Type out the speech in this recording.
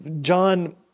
John